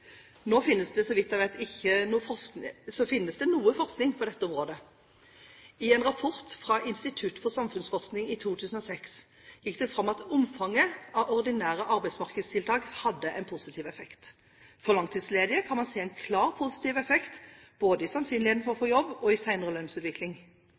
det som var målsettingen. Det finnes noe forskning på dette området. I en rapport fra Institutt for samfunnsforskning i 2006 gikk det fram at omfanget av ordinære arbeidsmarkedstiltak hadde en positiv effekt. For langtidsledige kan man se en klar positiv effekt både i sannsynligheten for å